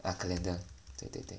ah calendar 对对对